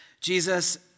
Jesus